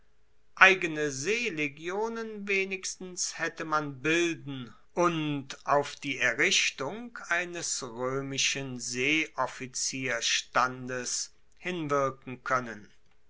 eigene seelegionen wenigstens haette man bilden und auf die errichtung eines roemischen seeoffizierstandes hinwirken koennen